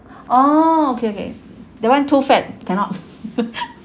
oh okay okay that one too fat cannot